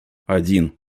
один